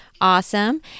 Awesome